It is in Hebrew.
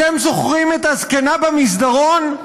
אתם זוכרים את הזקנה במסדרון?